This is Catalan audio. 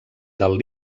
del